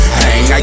hang